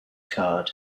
card